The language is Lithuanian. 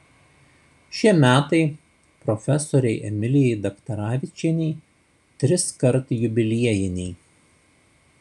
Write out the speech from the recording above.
šie metai profesorei emilijai daktaravičienei triskart jubiliejiniai